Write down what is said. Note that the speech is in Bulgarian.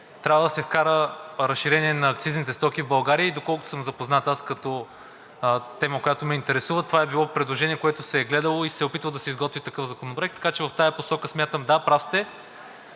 трябва да се вкара разширение на акцизните стоки в България. Доколкото съм запознат – като тема, която ме интересува, това е било предложение, което се е гледало и се е опитвало да се изготви такъв законопроект. Така че в тази посока, смятам – да, прав сте,